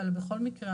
בכל מקרה,